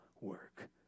work